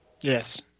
Yes